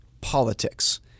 politics